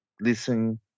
listen